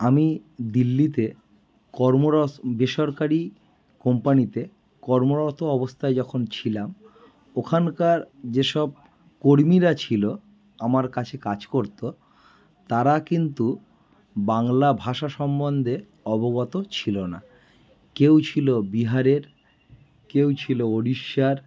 আমি দিল্লিতে কর্মরত বেসরকারি কোম্পনিতে কর্মরত অবস্থায় যখন ছিলাম ওখানকার যেসব কর্মীরা ছিল আমার কাছে কাজ করতো তারা কিন্তু বাংলা ভাষা সম্বন্দে অবগত ছিল না কেউ ছিল বিহারের কেউ ছিল ওড়িশ্যার